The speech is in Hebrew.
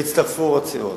עוד סיעות.